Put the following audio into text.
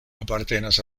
apartenas